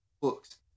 books